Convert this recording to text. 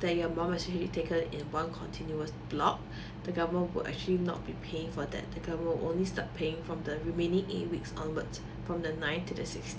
that your mom actually taken in one continuous block the government will actually not be paying for that the government only start paying from the remaining eight weeks onwards from the nine to the sixteen